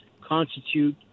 constitute